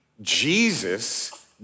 Jesus